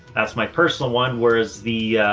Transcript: that's my personal one. whereas the,